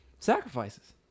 sacrifices